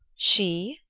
she?